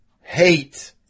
Hate